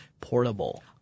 portable